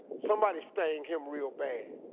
somebody stang him real bad.